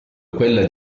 quella